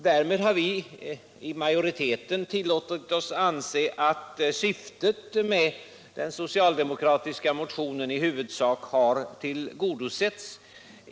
Därmed har vi i majoriteten ansett att syftet med den socialdemokratiska motionen i allt väsentligt har tillgodosetts.